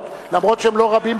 אף-על-פי שהם לא רבים,